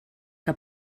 que